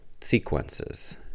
sequences